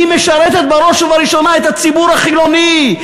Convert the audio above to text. היא משרתת, בראש ובראשונה, את הציבור החילוני.